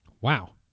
wow